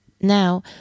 Now